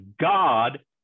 God